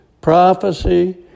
prophecy